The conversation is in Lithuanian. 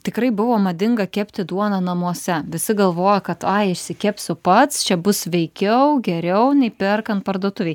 tikrai buvo madinga kepti duoną namuose visi galvoja kad ai išsikepsiu pats čia bus sveikiau geriau nei perkant parduotuvėj